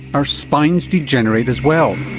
our spines degenerate as well.